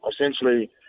essentially